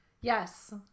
Yes